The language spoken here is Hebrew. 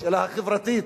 בשאלה החברתית,